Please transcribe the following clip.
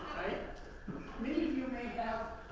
right? many of you may have,